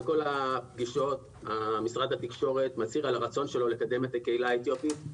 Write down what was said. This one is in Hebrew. בכל הפגישות משרד התקשורת מצהיר על הרצון שלו לקדם את הקהילה האתיופית,